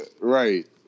Right